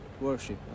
worship